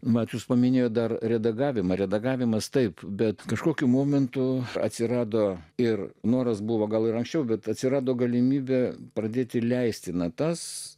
mat jis paminėjo dar redagavimą redagavimas taip bet kažkokiu momentu atsirado ir noras buvo gal rašiau bet atsirado galimybė pradėti leisti natas